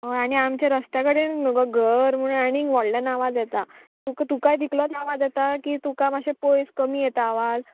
हय आनी आमच्या रस्त्या कडेन नू गो घर म्हुणू आनीक व्हडलो नवाज येता तुका तुका तितलो आवाज येता की तुका मातशें पयस कमी येता आवाज